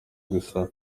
gusa